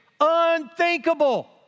Unthinkable